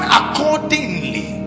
accordingly